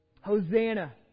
Hosanna